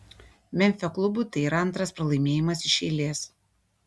memfio klubui tai yra antras pralaimėjimas iš eilės